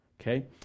Okay